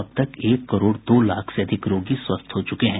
अब तक एक करोड़ दो लाख से अधिक रोगी स्वस्थ हो चुके हैं